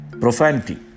Profanity